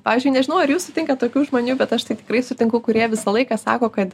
pavyzdžiui nežinau ar jūs sutinkat tokių žmonių bet aš tai tikrai sutinku kurie visą laiką sako kad